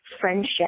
friendship